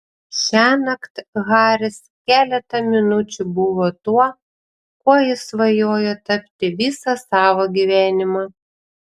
šiąnakt haris keletą minučių buvo tuo kuo jis svajojo tapti visą savo gyvenimą